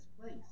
place